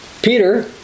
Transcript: Peter